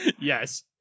Yes